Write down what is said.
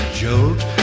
jolt